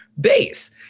base